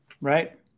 Right